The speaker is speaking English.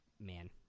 Man